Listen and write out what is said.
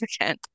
again